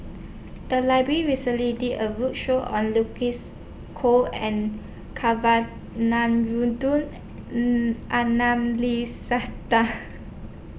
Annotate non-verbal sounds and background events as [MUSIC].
The Library recently did A roadshow on Lucy's Koh and [UNINTELLIGIBLE]